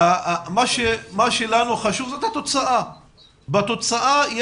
מה שלנו חשוב הוא התוצאה והתוצאה,